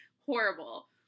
Horrible